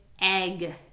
egg